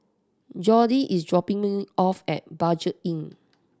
Jordi is dropping me off at Budget Inn